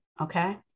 okay